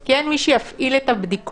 כי אין מי שיפעיל את הבדיקות.